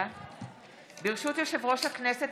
ברשות יושב-ראש הכנסת,